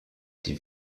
die